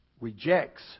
rejects